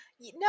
No